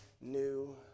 new